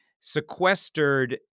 sequestered